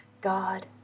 God